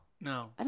No